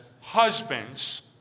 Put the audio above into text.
husbands